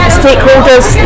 stakeholders